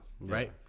right